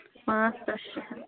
پانٛژھ ہتھ شیٚے ہَتھ